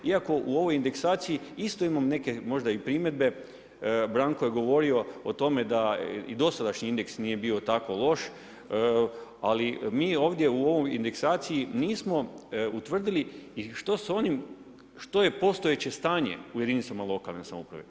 Iako u ovoj indeksaciju isto imam neke možda i primjedbe, Branko je govorio o tome, da i dosadašnji indeks nije bio tako loš, ali mi ovdje u ovoj indeksaciju, nismo utvrdili što s onim, što je postojeće stanje u jedinicama lokalne samouprave.